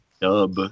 dub